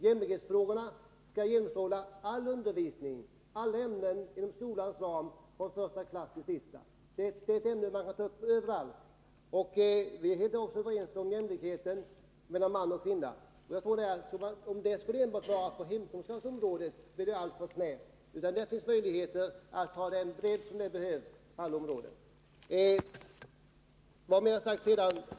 Jämställdhetsfrågorna skall genomsyra all undervisning och alla ämnen inom skolan från första klassen till den sista. Jämställdhetsfrågorna kan man ta upp i alla sammanhang. Vi är helt överens när det gäller jämställdheten mellan kvinnor och män. Men om detta begränsas till hemkunskapen blir det alltför snävt — det bör komma in på alla områden.